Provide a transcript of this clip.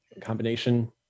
combination